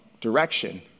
direction